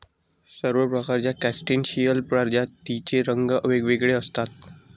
सर्व प्रकारच्या क्रस्टेशियन प्रजातींचे रंग वेगवेगळे असतात